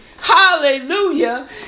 hallelujah